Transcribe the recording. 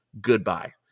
Goodbye